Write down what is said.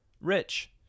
Rich